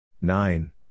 Nine